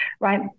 Right